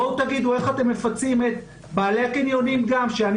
תגידו אחיך אתם מפצים את בעלי הקניונים שאני